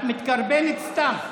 את מתקרבנת סתם.